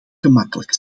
gemakkelijk